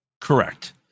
correct